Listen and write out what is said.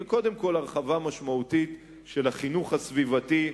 וקודם כול הרחבה משמעותית של החינוך הסביבתי.